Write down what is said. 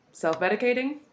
self-medicating